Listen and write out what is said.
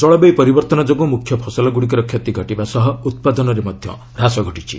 ଜଳବାୟୁ ପରିବର୍ତ୍ତନ ଯୋଗୁଁ ମୁଖ୍ୟ ଫସଲଗୁଡ଼ିକର କ୍ଷତି ଘଟିବା ସହ ଉତ୍ପାଦନରେ ହ୍ରାସ ଘଟିଛି